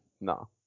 no